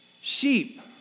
Sheep